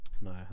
No